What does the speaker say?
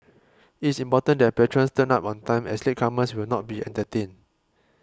it is important that patrons turn up on time as latecomers will not be entertained